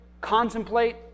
contemplate